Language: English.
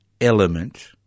element